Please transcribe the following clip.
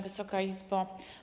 Wysoka Izbo!